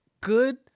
good